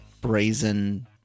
brazen